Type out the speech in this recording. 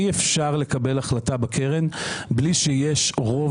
אי אפשר לקבל החלטה בקרן בלי שיש רוב